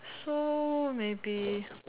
so maybe